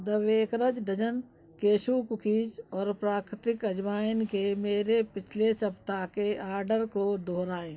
the baker's dozen cashew cookies और प्राकृतिक अजवाइन के मेरे पिछले सप्ताह के आर्डर को दोहराएँ